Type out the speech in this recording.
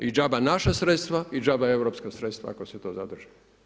I džaba naša sredstva i džaba europska sredstva ako se to zadrži.